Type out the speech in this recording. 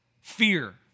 fear